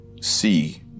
see